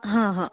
हा हा